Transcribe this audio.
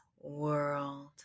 world